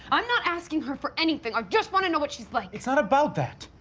i'm not asking her for anything. i just wanna know what she's like! it's not about that.